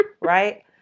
Right